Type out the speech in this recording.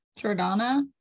Jordana